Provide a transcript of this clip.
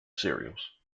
cereals